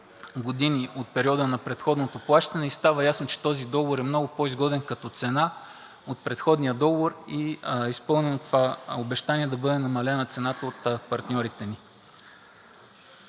години от периода на предходното плащане и става ясно, че този договор е много по-изгоден като цена от предходния договор и е изпълнено това обещание да бъде намалена цената от партньорите ни.